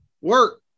Work